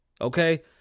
Okay